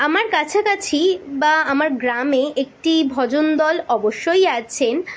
আমার কাছাকাছি বা আমার গ্রামে একটি ভজন দল অবশ্যই আছেন